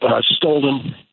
stolen